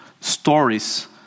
stories